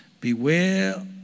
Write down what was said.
Beware